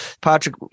Patrick